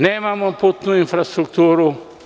Nemamo putnu infrastrukturu.